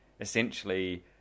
essentially